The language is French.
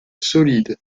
solide